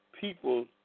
people